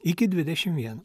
iki dvidešimt vieno